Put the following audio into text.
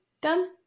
done